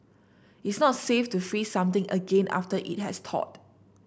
it's not safe to freeze something again after it has thawed